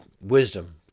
wisdom